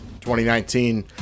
2019